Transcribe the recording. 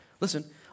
listen